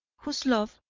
whose love,